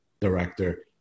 director